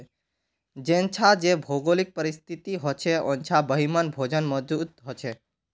जेछां जे भौगोलिक परिस्तिथि होछे उछां वहिमन भोजन मौजूद होचे